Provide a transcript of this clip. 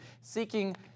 seeking